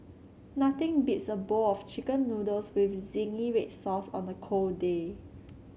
nothing beats a bowl of chicken noodles with zingy red sauce on a cold day